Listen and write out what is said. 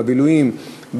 בבילויים,